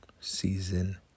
season